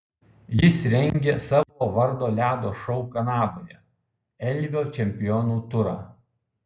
jis rengia savo vardo ledo šou kanadoje elvio čempionų turą